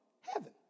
heaven